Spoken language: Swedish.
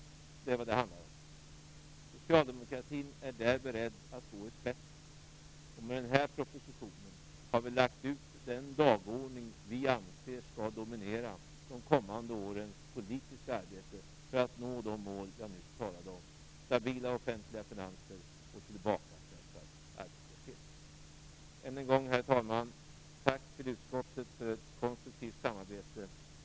Det är vad det handlar om. Socialdemokratin är där beredd att gå i spetsen. Med den här propositionen har vi lagt ut den dagordning vi anser bör dominera de kommande årens politiska arbete för att nå de mål jag nyss talade om: stabila offentliga finanser och tillbakapressad arbetslöshet. Än en gång tack till utskottet för ett konstruktivt samarbete!